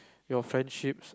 your friendship